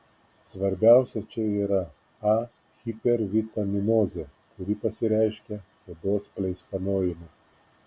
svarbiausia čia yra a hipervitaminozė kuri pasireiškia odos pleiskanojimu